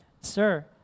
Sir